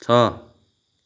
छ